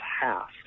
half